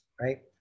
right